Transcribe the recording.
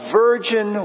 virgin